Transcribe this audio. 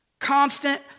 Constant